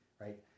right